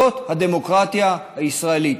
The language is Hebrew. זו הדמוקרטיה הישראלית.